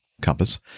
compass